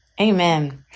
Amen